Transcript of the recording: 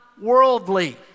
worldly